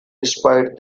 despite